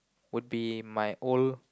would be my old